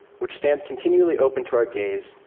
which stands continually open to our gaze,